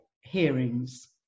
hearings